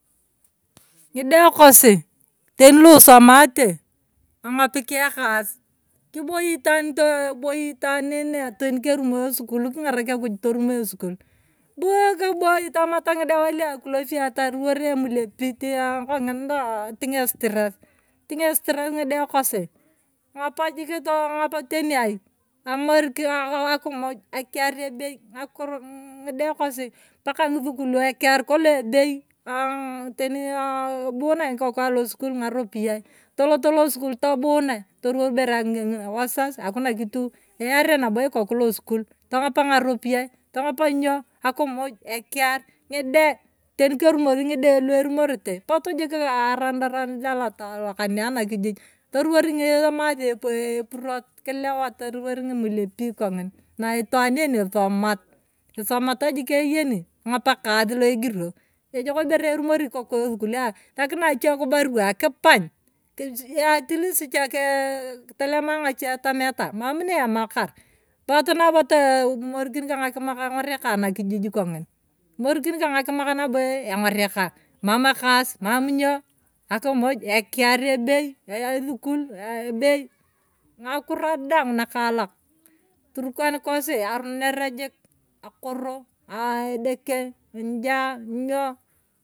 Naide kosi teni luisomate ang'opiki ekas kiboi itaan too toi itaan teni kerumo esukul keng, king'arak akuj torumo esukul bu kibooi tamat ng'idawai la kulevia toruwar emulepit kong'in toting estress toting estress ng'ide kosi tong'opa jik. tong'op teni ai amor akumuj ekera ebei ng'ide kosi. Paka ng'isukulio ekear kolong ebei aaa tbunai eikoku alosukul ng'aropiyae. toloto losukul tobuunai toruwar ibere akingege wazaz akuna kitu eyare nabo ikoku losukul tng'opa ng'aropiyae. tong'opa ny'o. akumuj ekear. ngide teni kerumosi ng'ide tuorumorete potu jik arandarandat kane anakijij toruwar emase epurot. kalewa toruwar ng'imulepii kong'in na itaan en isomat. isomat jik eyeni tong'op ekas la igirio. ejok ibere irumori yong esukula nakinae eche barua kipang atleast cha telema ng'achie tameta mam ne emakar petunabo kimorikin ka ng'akimak eng'oreka anakijij kong'in. kimorikin ka ng'akimak eng'oreka mama ekas emam ny'o. akumuj ekear ebei. esukul ee ebei ng'akuro daang nakaalak. turkan kosi arunor jik akoro. aa edeke njaa ny'o.